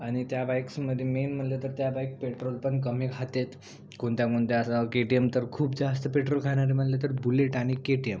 आणि त्या बाईक्समध्ये मेन म्हणलं तर त्या बाईक पेट्रोल पण कमी खात आहेत कोणत्या कोणत्या असं के टी एम तर खूप जास्त पेट्रोल खाणारी म्हणलं तर बुलेट आणि के टी एम